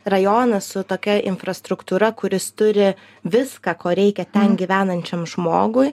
rajonas su tokia infrastruktūra kuris turi viską ko reikia ten gyvenančiam žmogui